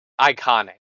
Iconic